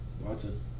Watson